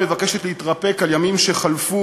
המבקשת להתרפק על ימים שחלפו,